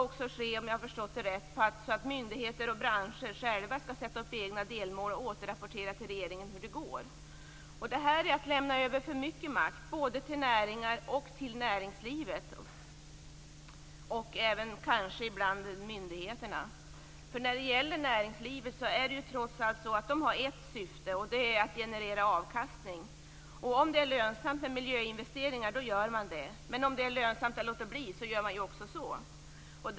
Om jag har förstått det rätt skall också myndigheter och branscher själva sätta upp egna delmål och återrapportera till regeringen om hur det går. Detta är att lämna över för mycket makt till näringar och till näringslivet och kanske även till myndigheterna. Näringslivets enda syfte är trots allt att generera avkastning. Om det är lönsamt med miljöinvesteringar gör man sådana, men om det är lönsamt att låta bli gör man också det.